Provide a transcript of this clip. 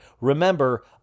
Remember